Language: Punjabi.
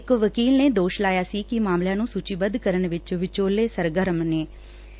ਇਕ ਵਕੀਲ ਨੇ ਦੋਸ਼ ਲਾਇਆ ਸੀ ਕਿ ਮਾਮਲਿਆਂ ਨੂੰ ਸੁਚੀਬੱਧ ਕਰਨ ਵਿਚ ਵਿਚੋਲੇ ਸਰਗਰਮ ਸਨ